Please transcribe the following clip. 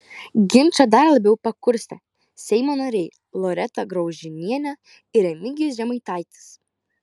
ginčą dar labiau pakurstė seimo nariai loreta graužinienė ir remigijus žemaitaitis